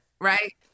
right